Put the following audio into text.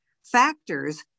factors